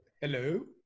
Hello